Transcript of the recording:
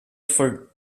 for